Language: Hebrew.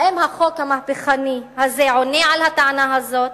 האם החוק המהפכני הזה עונה על הטענה הזאת?